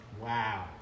Wow